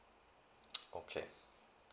okay